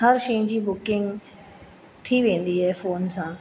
हर शइ जी बुकिंग थी वेंदी आहे फोन सां